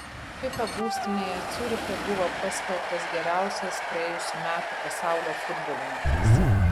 fifa būstinėje ciuriche buvo paskelbtas geriausias praėjusių metų pasaulio futbolininkas